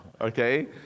Okay